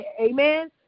amen